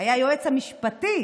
היה היועץ המשפטי